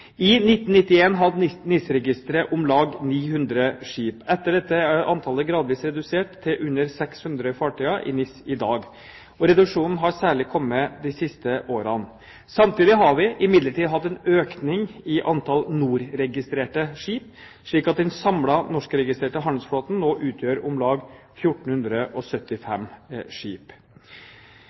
I 1991 hadde NIS-registeret om lag 900 skip. Etter dette er antallet gradvis redusert, til under 600 fartøyer i NIS i dag. Reduksjonen har særlig kommet de siste årene. Samtidig har vi hatt en økning i antall NOR-registrerte skip, slik at den samlede norskregistrerte handelsflåten nå utgjør om lag 1 475 skip.